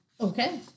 Okay